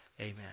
Amen